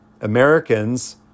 Americans